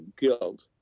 guilt